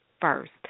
first